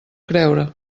creure